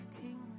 king